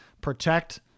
protect